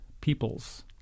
peoples